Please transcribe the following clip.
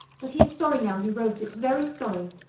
but he is sorry now he wrote it, very sorry.